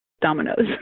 Dominoes